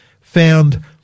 found